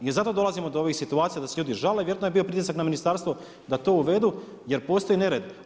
I zato dolazimo do ovih situacija da se ljudi žale i vjerojatno je bio pritisak na Ministarstvo da to uvedu jer postoji nered.